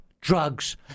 drugs